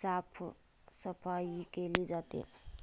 साफसफाई केली जाते